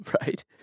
right